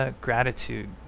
gratitude